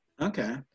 Okay